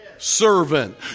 Servant